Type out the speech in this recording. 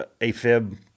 AFib